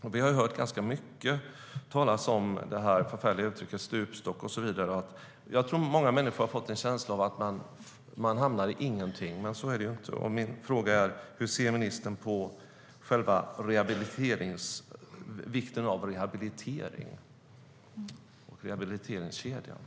Min fråga är: Hur ser ministern på vikten av rehabilitering och rehabiliteringskedjan?